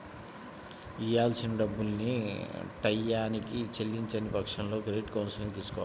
ఇయ్యాల్సిన డబ్బుల్ని టైయ్యానికి చెల్లించని పక్షంలో క్రెడిట్ కౌన్సిలింగ్ తీసుకోవాలి